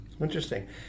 Interesting